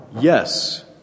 Yes